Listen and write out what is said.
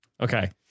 Okay